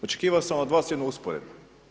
Očekivao sam od vas jednu usporedbu.